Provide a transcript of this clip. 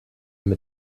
mit